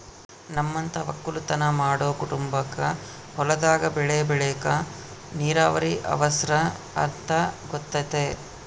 ನಮ್ಮಂತ ವಕ್ಕಲುತನ ಮಾಡೊ ಕುಟುಂಬಕ್ಕ ಹೊಲದಾಗ ಬೆಳೆ ಬೆಳೆಕ ನೀರಾವರಿ ಅವರ್ಸ ಅಂತ ಗೊತತೆ